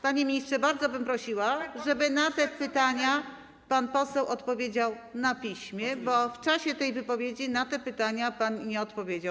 Panie ministrze, bardzo bym prosiła, żeby na te pytania pan odpowiedział na piśmie, bo w czasie tej wypowiedzi na te pytania pan nie odpowiedział.